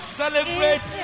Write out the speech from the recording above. celebrate